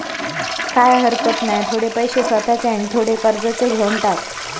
काय हरकत नाय, थोडे पैशे स्वतःचे आणि थोडे कर्जाचे घेवन टाक